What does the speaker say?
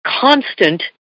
constant